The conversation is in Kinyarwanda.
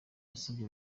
yasabye